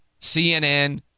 CNN